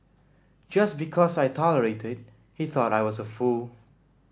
just because I tolerated he thought I was a fool